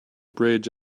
bridge